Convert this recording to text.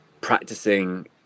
practicing